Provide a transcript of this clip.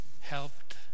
helped